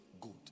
good